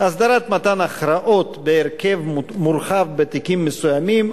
הסדרת מתן הכרעות בהרכב מורחב בתיקים מסוימים